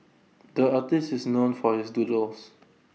the artist is known for his doodles